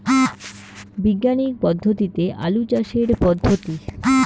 বিজ্ঞানিক পদ্ধতিতে আলু চাষের পদ্ধতি?